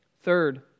Third